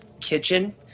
kitchen